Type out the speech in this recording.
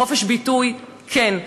חופש ביטוי, כן.